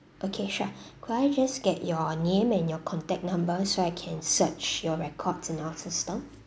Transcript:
okay sure could I just get your name and your contact number so I can search your records in our system